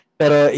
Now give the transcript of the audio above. pero